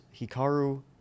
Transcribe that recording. Hikaru